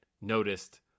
noticed